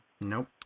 Nope